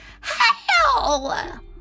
HELL